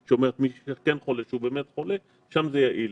שמצביעה על מי שהוא באמת כן חולה שם זה יעיל.